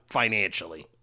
financially